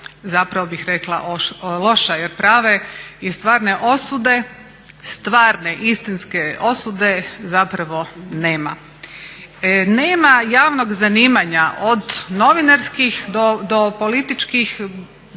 zapravo bih rekla loša jer prave i stvarne osude, stvarne istinske osude zapravo nema. Nema javnog zanimanja od novinarskih do političkih